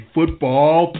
Football